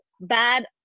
bad